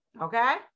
okay